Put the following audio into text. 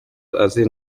azi